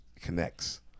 connects